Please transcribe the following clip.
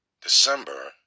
December